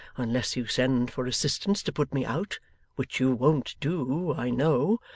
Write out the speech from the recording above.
unless you send for assistance to put me out which you won't do, i know.